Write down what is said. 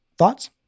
Thoughts